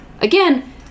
Again